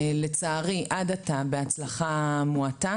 לצערי עד עתה בהצלחה מועטה.